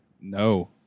No